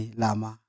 lama